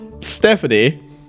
Stephanie